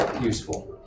useful